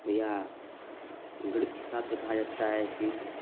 या गणित के हिसाब से कहा जाता है कि